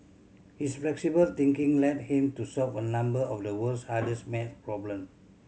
his flexible thinking led him to solve a number of the world's hardest math problems